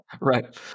Right